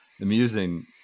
amusing